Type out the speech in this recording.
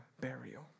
burial